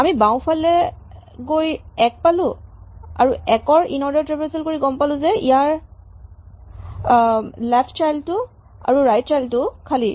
আমি বাওঁফালে গৈ ১ পালো আৰু ১ ৰ ইনঅৰ্ডাৰ ট্ৰেভাৰছেল কৰি গম পালো যে ইয়াৰ লেফ্ট চাইল্ড টো আৰু ৰাইট চাইল্ড টো ও খালী